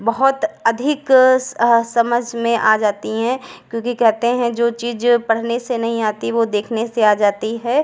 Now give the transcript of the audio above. बहुत अधिक समझ में आ जाती हैं क्योंकि कहते हैं जो चीज पढ़ने से नहीं आती वो देखने से आ जाती है